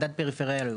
מדד פריפריאליות.